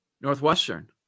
Northwestern